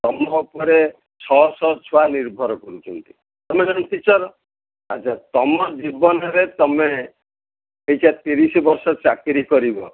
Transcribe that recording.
ତୁମ ଉପରେ ଛଅଶହ ଛୁଆ ନିର୍ଭର କରୁଛନ୍ତି ତମେ ଜଣେ ଟିଚର୍ ଆଚ୍ଛା ତୁମ ଜୀବନରେ ତୁମେ ଅବିକା ତିରିଶ ବର୍ଷ ଚାକିରି କରିବ